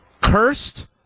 Cursed